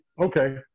Okay